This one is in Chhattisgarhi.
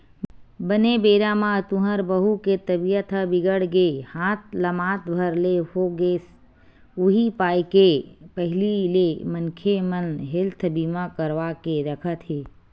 बने बेरा म तुँहर बहू के तबीयत ह बिगड़ गे हाथ लमात भर ले हो गेस उहीं पाय के पहिली ले मनखे मन हेल्थ बीमा करवा के रखत हे